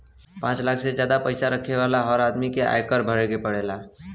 पांच लाख से जादा पईसा रखे वाला हर आदमी के आयकर भरे के पड़ेला